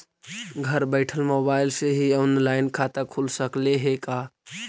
घर बैठल मोबाईल से ही औनलाइन खाता खुल सकले हे का?